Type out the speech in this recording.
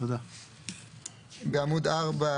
בעמוד 4,